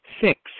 Six